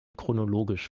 chronologisch